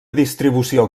distribució